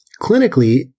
Clinically